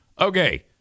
Okay